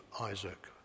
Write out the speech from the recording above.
Isaac